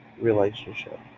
relationship